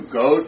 go